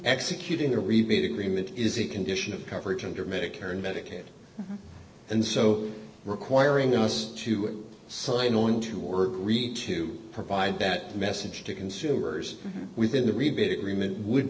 executing a rebate agreement is a condition of coverage under medicare and medicaid and so requiring us to sign on to work really to provide that message to consumers within the rebate agreement would